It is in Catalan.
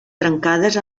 trencades